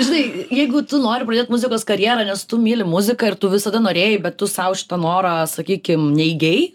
žinai jeigu tu nori pradėt muzikos karjerą nes tu myli muziką ir tu visada norėjai bet tu sau šitą norą sakykim neigei